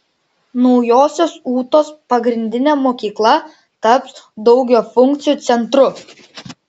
naujosios ūtos pagrindinė mokykla taps daugiafunkciu centru